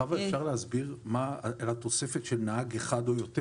חוה, אפשר להסביר מה פירוש נהג אחד או יותר?